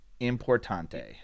importante